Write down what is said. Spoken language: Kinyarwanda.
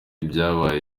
byabaye